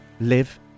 live